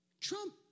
Trump